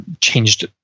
changed